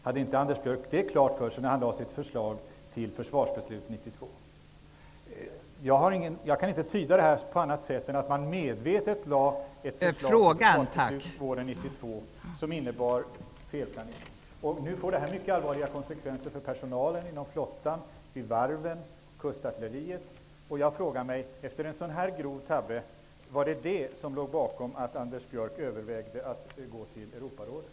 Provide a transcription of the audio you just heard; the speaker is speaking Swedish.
Hade inte Anders Björck detta klart för sig när han lade fram sitt förslag till försvarsbeslut 1992? Jag kan inte tyda detta på annat sätt än att man medvetet lade fram ett förslag till försvarsbeslut våren 1992 som innebar felplanering. Det får mycket allvarliga konsekvenser för personalen inom flottan, vid varven och kustartilleriet. Var det efter en sådan grov tabbe som Anders Björck övervägde att gå till Europarådet?